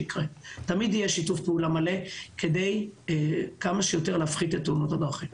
תמיד יהיה שיתוף פעולה מלא כדי להפחית כמה שיותר את תאונות הדרכים.